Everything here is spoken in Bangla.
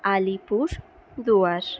আলিপুরদুয়ার